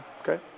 okay